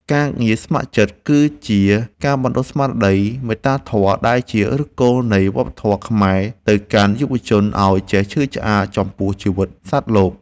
ការងារស្ម័គ្រចិត្តគឺជាការបណ្ដុះស្មារតី មេត្តាធម៌ ដែលជាឫសគល់នៃវប្បធម៌ខ្មែរទៅកាន់យុវជនឱ្យចេះឈឺឆ្អាលចំពោះជីវិតសត្វលោក។